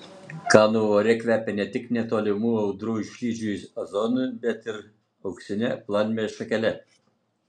kanų ore kvepia ne tik netolimų audrų išlydžių ozonu bet ir auksine palmės šakele